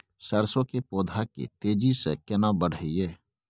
सरसो के पौधा के तेजी से केना बढईये?